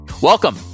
Welcome